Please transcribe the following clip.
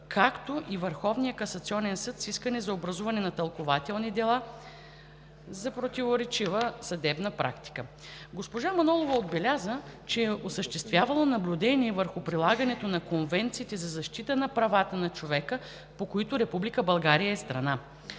както и Върховния касационен съд с искане за образуване на тълкувателни дела за противоречива съдебна практика. Госпожа Манолова отбеляза, че е осъществявала наблюдение върху прилагането на конвенциите за защита на правата на човека, по които Република България е страна.